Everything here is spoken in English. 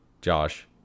Josh